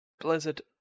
Blizzard